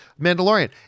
Mandalorian